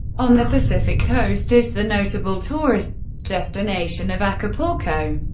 on the pacific coast is the notable tourist destination of acapulco.